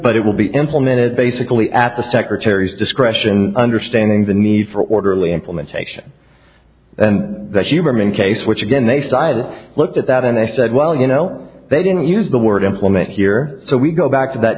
but it will be implemented basically at the secretary's discretion understanding the need for orderly implementation then the human case which again a style looked at that and i said well you know they didn't use the word implement here so we go back to that